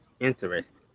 Interesting